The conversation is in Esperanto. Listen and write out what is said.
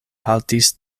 haltis